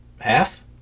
half